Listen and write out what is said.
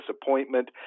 disappointment